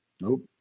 nope